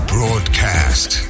Broadcast